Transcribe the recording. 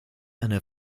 eine